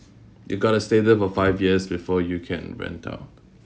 you got to stay there for five years before you can rent out